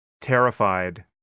terrified